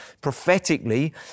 prophetically